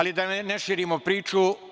Da ne širimo priču.